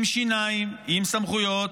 עם שיניים, עם סמכויות,